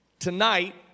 Tonight